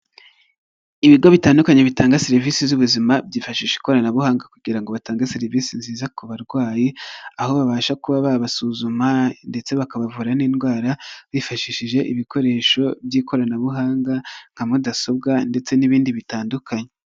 Ibigo bitandukanye bitanga serivisi z'ubuzima byifashisha ikoranabuhanga kugira ngo batange serivisi nziza ku barwayi, aho babasha kuba babasuzuma ndetse bakabavura n'indwara bifashishije ibikoresho by'ikoranabuhanga nka mudasobwa ndetse n'ibindi bitandukanye.